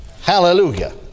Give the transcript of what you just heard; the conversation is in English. Hallelujah